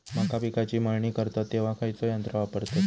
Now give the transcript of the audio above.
मका पिकाची मळणी करतत तेव्हा खैयचो यंत्र वापरतत?